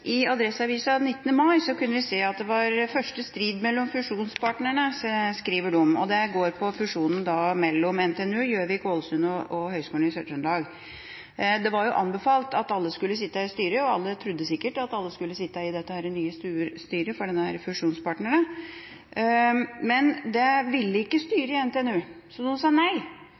i Adresseavisen 19. mai skriver de om første strid mellom fusjonspartnerne, og det går på fusjonen mellom NTNU, Gjøvik, Ålesund og Høgskolen i Sør-Trøndelag. Det var jo anbefalt at alle skulle sitte i styret, og alle trodde sikkert at alle skulle sitte i det nye styret for fusjonspartnerne, men det ville ikke